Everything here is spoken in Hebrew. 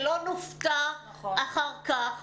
שלא נופתע אחר כך,